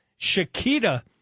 Shakita